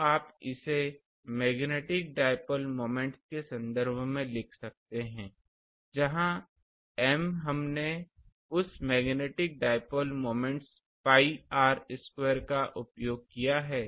तो आप इसे मैग्नेटिक डाइपोल मोमेंट्स के संदर्भ में लिख सकते हैं जहां M हमने उस magnetic dipole moments pi r square ai का उपयोग किया है